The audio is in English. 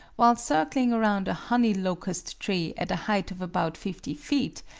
while circling around a honey locust tree at a height of about fifty feet,